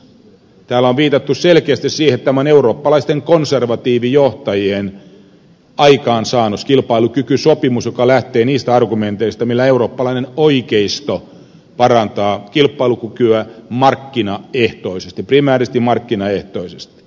täällä on viitattu selkeästi siihen että tämä on eurooppalaisten konservatiivijohtajien aikaansaannos kilpailukykysopimus joka lähtee niistä argumenteista millä eurooppalainen oikeisto parantaa kilpailukykyä markkinaehtoisesti primääristi markkinaehtoisesti